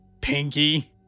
Pinky